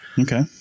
Okay